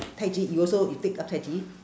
tai chi you also you take up tai chi